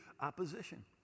opposition